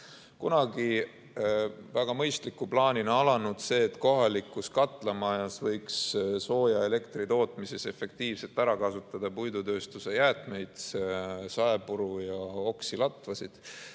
Kunagi väga mõistliku plaanina alanud ettevõtmisest, et kohalikus katlamajas võiks sooja ja elektri tootmiseks efektiivselt ära kasutada puidutööstuse jäätmeid, saepuru ja oksi-latvasid,